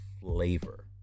flavor